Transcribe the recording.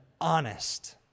honest